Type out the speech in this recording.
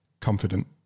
Confident